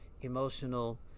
emotional